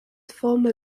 former